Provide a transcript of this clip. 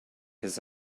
his